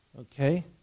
okay